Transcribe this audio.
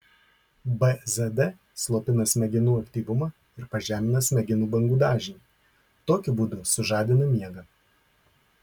bzd slopina smegenų aktyvumą ir pažemina smegenų bangų dažnį tokiu būdu sužadina miegą